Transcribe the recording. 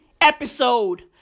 Episode